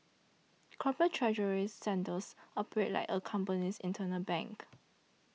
corporate treasury centres operate like a company's internal bank